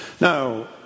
Now